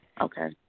Okay